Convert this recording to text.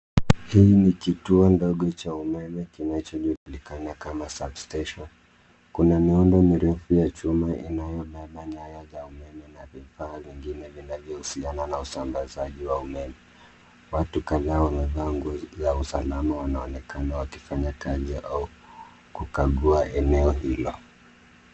Hii ni kituo ndogo cha umeme kinachojulikana kama sub station . Kuna miundo mirefu ya chuma inayobeba nyaya za umeme na vifaa vingine vinavyohusiana na usambazaji wa umeme. Watu kadhaa wamevaa nguo za usalama wanaonekana wakifanya kazi au kukagua eneo hilo.